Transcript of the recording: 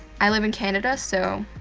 i live in canada so,